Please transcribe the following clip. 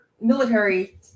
military